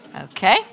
Okay